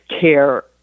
care